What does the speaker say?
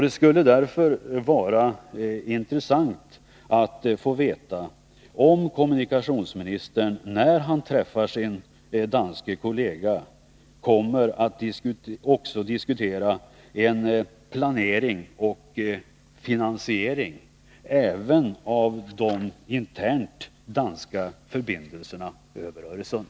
Det skulle därför vara intressant att få veta om kommunikationsministern, när han träffar sin danske kollega, också kommer att diskutera en planering och finansiering av de danska kommunikationerna över Öresund.